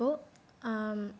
അപ്പോൾ